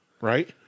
Right